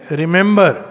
remember